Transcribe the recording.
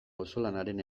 auzolanaren